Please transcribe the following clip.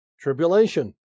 Tribulation